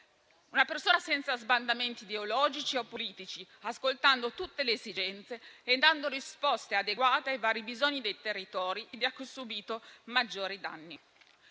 una persona senza sbandamenti ideologici o politici, che ascolterà tutte le esigenze, dando risposte adeguate ai vari bisogni dei territori e di chi ha subito maggiori danni.